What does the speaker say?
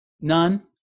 none